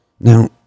Now